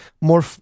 more